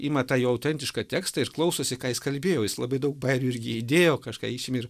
ima tą jo autentišką tekstą ir klausosi ką jis kalbėjo jis labai daug bajerių irgi įdėjo kažką išėmė ir